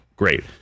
Great